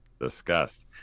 Disgust